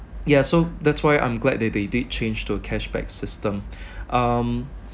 ya so that's why I'm glad that they did change to cashback system um